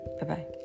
Bye-bye